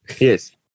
Yes